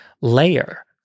layer